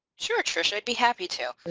sure trish i'd be happy to.